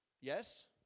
Yes